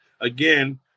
again